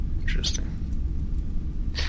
Interesting